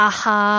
Aha